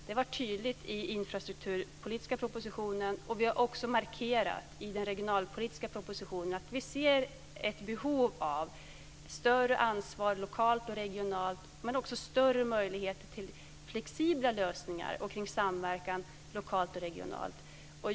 Det har varit tydligt i den infrastrukturpolitiska propositionen. Vi har också markerat i den regionalpolitiska propositionen att vi ser ett behov av större ansvar lokalt och regionalt, men också större möjligheter till flexibla lösningar kring samverkan lokalt och regionalt.